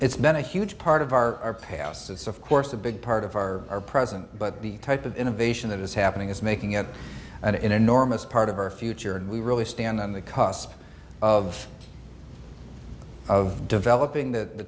it's been a huge part of our past it's of course a big part of our present but the type of innovation that is happening is making it an enormous part of our future and we really stand on the cusp of of developing th